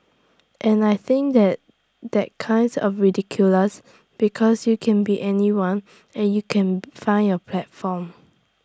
and I think that that's kinds of ridiculous because you can be anyone and you can find your platform